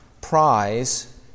prize